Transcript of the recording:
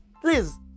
please